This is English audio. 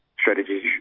strategies